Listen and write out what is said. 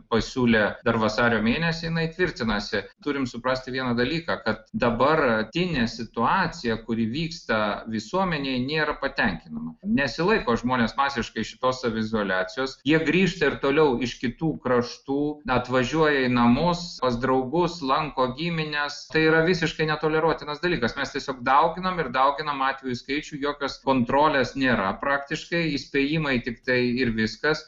pasiūlė dar vasario mėnesį jinai tvirtinasi turim suprasti vieną dalyką kad dabartinė situacija kuri vyksta visuomenėj nėra patenkinama nesilaiko žmonės masiškai šitos saviizoliacijos jie grįžta ir toliau iš kitų kraštų na atvažiuoja į namus pas draugus lanko gimines tai yra visiškai netoleruotinas dalykas mes tiesiog dauginam ir dauginam atvejų skaičių jokios kontrolės nėra praktiškai įspėjimai tiktai ir viskas